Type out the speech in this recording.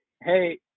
hey